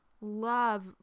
love